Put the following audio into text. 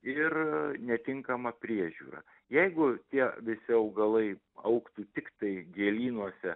ir netinkama priežiūra jeigu tie visi augalai augtų tiktai gėlynuose